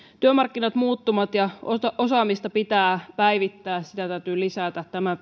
työmarkkinat muuttuvat ja osaamista pitää päivittää sitä täytyy lisätä tämän